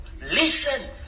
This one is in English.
listen